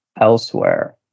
elsewhere